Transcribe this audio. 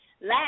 last